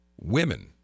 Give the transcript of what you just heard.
women